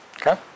Okay